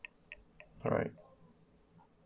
alright